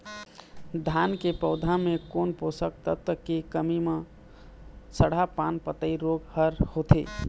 धान के पौधा मे कोन पोषक तत्व के कमी म सड़हा पान पतई रोग हर होथे?